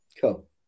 Cool